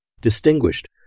distinguished